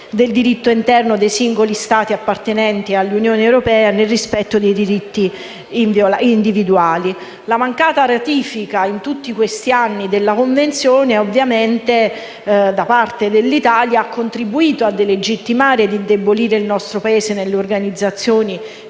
del diritto interno dei singoli Stati appartenenti all'Unione europea, nel rispetto dei diritti individuali. La mancata ratifica, in tutti questi anni, della Convenzione da parte dell'Italia ha ovviamente contribuito a delegittimare ed indebolire il nostro Paese nelle organizzazioni